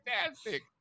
fantastic